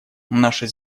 наше